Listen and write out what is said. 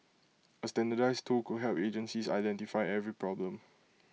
A standardised tool could help agencies identify every problem